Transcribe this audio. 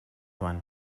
joan